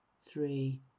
three